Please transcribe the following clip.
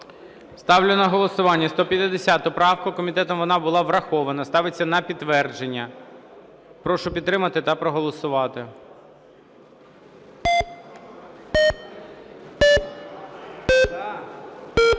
Ставлю на голосування 150 правку. Комітетом вона була врахована. Ставиться на підтвердження. Прошу підтримати та проголосувати.